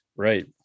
Right